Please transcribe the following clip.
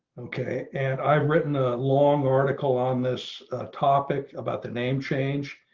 okay. and i've written a long article on this topic about the name change.